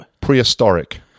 Prehistoric